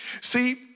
See